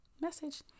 message